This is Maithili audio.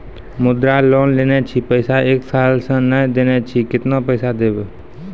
मुद्रा लोन लेने छी पैसा एक साल से ने देने छी केतना पैसा देब?